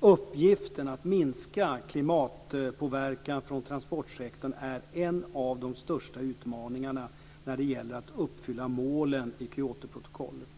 Uppgiften att minska klimatpåverkan från transportsektorn är en av de största utmaningarna när det gäller att uppfylla målen i Kyotoprotokollet.